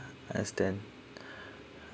understand